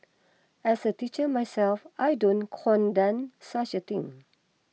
as a teacher myself I don't condone such a thing